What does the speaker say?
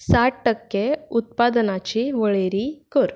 साठ टक्के उत्पादनांची वळेरी कर